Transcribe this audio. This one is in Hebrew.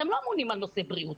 אתם לא אמונים על נושא בריאות.